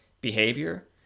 behavior